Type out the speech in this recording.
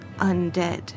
undead